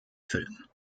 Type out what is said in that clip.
filmen